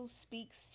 speaks